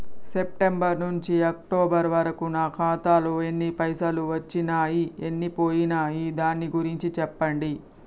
September నుంచి October వరకు నా ఖాతాలో ఎన్ని పైసలు వచ్చినయ్ ఎన్ని పోయినయ్ దాని గురించి చెప్పండి?